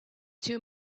two